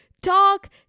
Talk